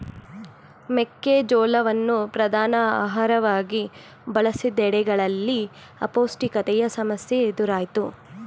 ಮೆಕ್ಕೆ ಜೋಳವನ್ನು ಪ್ರಧಾನ ಆಹಾರವಾಗಿ ಬಳಸಿದೆಡೆಗಳಲ್ಲಿ ಅಪೌಷ್ಟಿಕತೆಯ ಸಮಸ್ಯೆ ಎದುರಾಯ್ತು